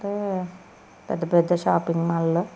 అంటే పెద్ద పెద్ద షాపింగ్ మాల్లో